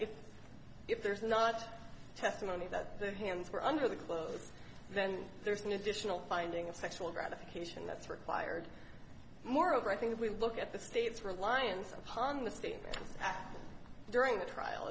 if if there is not testimony that the hands were under the clothes then there's an additional finding of sexual gratification that's required moreover i think if we look at the state's reliance upon the state during the trial